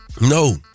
No